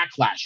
backlash